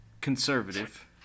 conservative